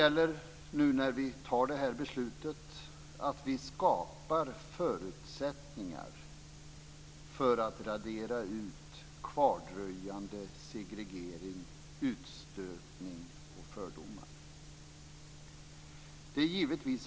När vi nu fattar det här beslutet gäller det att vi skapar förutsättningar för att radera ut kvardröjande segregering, utstötning och fördomar.